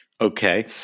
okay